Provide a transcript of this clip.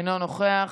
אינו נוכח,